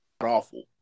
awful